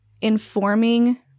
informing